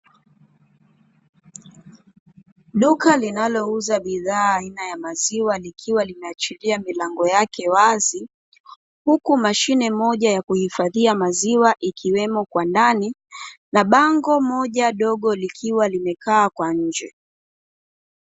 Duka linalouza bidhaa aina ya maziwa, likiwa limeachilia milango yake wazi, huku mashine moja ya kuhifadhia maziwa ikiwemo kwa ndani, na bango moja dogo likiwa limekaa kwa nje.